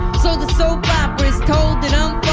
so the soap opera is told. it um